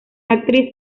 actriz